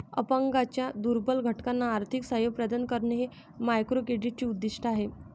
अपंगांच्या दुर्बल घटकांना आर्थिक सहाय्य प्रदान करणे हे मायक्रोक्रेडिटचे उद्दिष्ट आहे